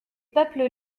peuples